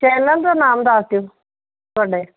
channel ਦਾ ਨਾਮ ਦੱਸ ਦਿਓ ਤੁਹਾਡੇ